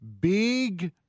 big